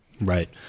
Right